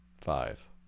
five